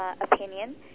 opinion